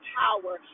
power